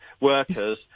workers